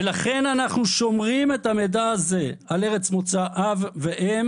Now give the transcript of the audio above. לכן אנחנו שומרים את המידע הזה על ארץ מוצא האב והאם